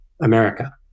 America